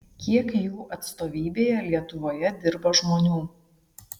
kiek jų atstovybėje lietuvoje dirba žmonių